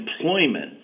employment